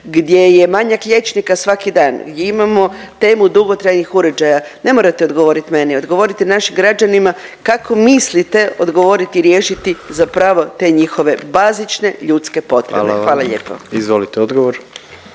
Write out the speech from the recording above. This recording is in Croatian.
Gdje je manjak liječnika svaki dan, gdje imamo temu dugotrajnih uređaja. Ne morate odgovorit meni, odgovorite našim građanima kako mislite odgovoriti i riješiti za pravo te njihove bazične ljudske potrebe. Hvala lijepo. **Jandroković,